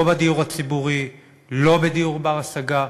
לא בדיור הציבורי ולא בדיור בר-השגה.